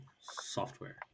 software